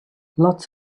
lots